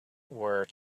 were